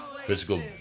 Physical